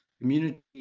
Community